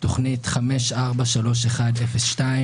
תוכנית 543102